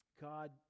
God